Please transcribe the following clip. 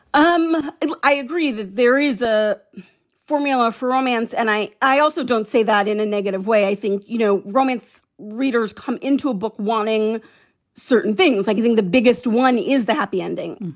um i agree that there is a formula for romance, and i, i also don't say that in a negative way. i think, you know, romance readers come into a book wanting certain things like you think the biggest one is the happy ending.